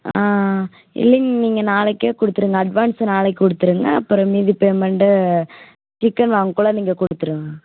ஆ இல்லைங்க நீங்கள் நாளைக்கே கொடுத்துருங்க அட்வான்ஸை நாளைக்கு கொடுத்துருங்க அப்புறம் மீதி பேமெண்ட்டு சிக்கன் வாங்கக்குள்ளே நீங்கள் கொடுத்துருங்க